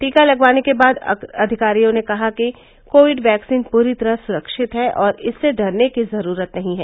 टीका लगवाने के बाद अधिकारियों ने कहा कि कोविड वैक्सीन पूरी तरह सुरक्षित है और इससे डरने की जरूरत नहीं है